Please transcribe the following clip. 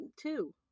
two